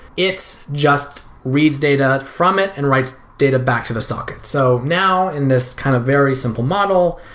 it just reads data from it and writes data back to the socket so now, in this kind of very simple model,